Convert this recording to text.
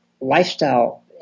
lifestyle